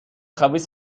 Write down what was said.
خبیث